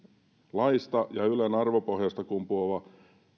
laista ja ylen arvopohjasta kumpuava